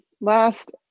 last